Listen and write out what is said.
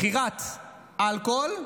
מכירת אלכוהול,